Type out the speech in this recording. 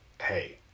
hey